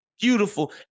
beautiful